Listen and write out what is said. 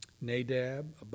Nadab